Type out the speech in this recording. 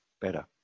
better